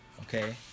okay